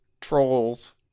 trolls